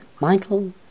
Michael